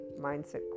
mindset